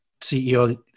CEO